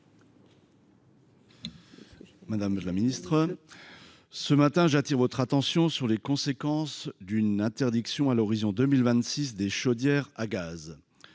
Madame la ministre, je souhaite attirer votre attention sur les conséquences de l’interdiction, à l’horizon 2026, des chaudières à gaz,